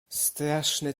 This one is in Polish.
straszny